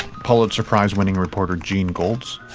pulitzer prize winning reporter jean golds.